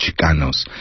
Chicanos